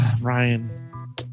Ryan